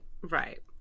right